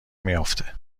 میافته